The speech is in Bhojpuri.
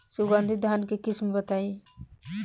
सुगंधित धान के किस्म बताई?